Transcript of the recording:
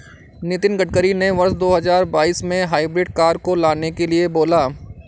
नितिन गडकरी ने वर्ष दो हजार बाईस में हाइब्रिड कार को लाने के लिए बोला